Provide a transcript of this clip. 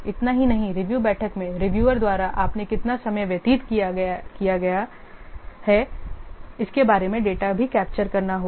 इतना ही नहीं रिव्यू बैठक में रिव्यूअर द्वारा आपने कितना समय व्यतीत किया है इसके बारे में डेटा भी कैप्चर करना होगा